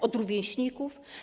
Od rówieśników?